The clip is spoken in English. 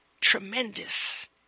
tremendous